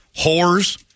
whores